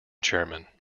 chairman